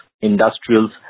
industrials